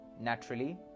Naturally